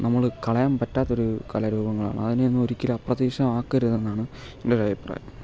നമ്മൾ കളയാൻ പറ്റാത്ത ഒരു കലാരൂപങ്ങളാണ് അതിനെ ഒന്നും ഒരിക്കലും അപ്രത്യക്ഷം ആക്കരുതെന്നാണ് എൻറ്റൊരഭിപ്രായം